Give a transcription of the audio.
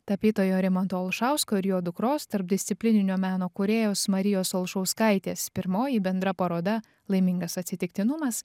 tapytojo rimanto olšausko ir jo dukros tarpdisciplininio meno kūrėjos marijos olšauskaitės pirmoji bendra paroda laimingas atsitiktinumas